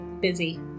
busy